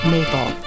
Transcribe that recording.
Maple